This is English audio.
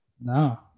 No